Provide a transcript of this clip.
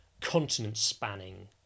continent-spanning